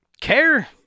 care